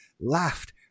laughed